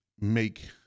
make